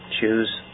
choose